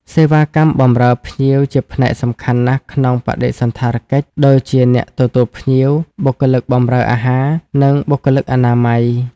សេវាកម្មបម្រើភ្ញៀវជាផ្នែកសំខាន់ណាស់ក្នុងបដិសណ្ឋារកិច្ច ដូចជា អ្នកទទួលភ្ញៀវ បុគ្គលិកបម្រើអាហារ និងបុគ្គលិកអនាម័យ។